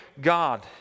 God